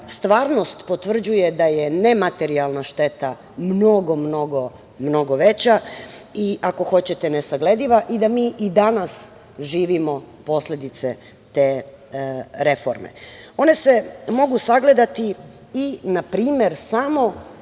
stvarnost potvrđuje da je nematerijalna šteta mnogo, mnogo veća i ako hoćete nesaglediva i da mi i danas živimo posledice te reforme. One se mogu sagledati i na primer samo